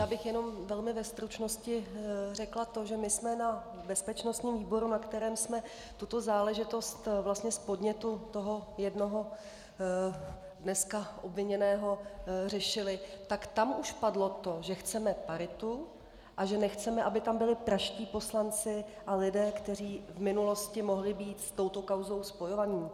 Já bych jenom velmi ve stručnosti řekla to, že my jsme na bezpečnostním výboru, na kterém jsme tuto záležitost vlastně z podnětu toho jednoho dneska obviněného řešili, tak tam už padlo to, že chceme paritu a že nechceme, aby tam byli pražští poslanci a lidé, kteří v minulosti mohli být s touto kauzou spojováni.